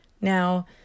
now